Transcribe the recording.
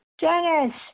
Janice